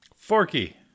Forky